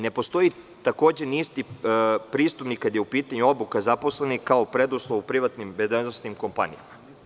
Ne postoji ni isti pristup kada je u pitanju obuka zaposlenih, kao preduslov u privatnim bezbednosnim kompanijama.